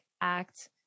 act